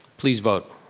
please vote.